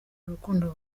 urukundo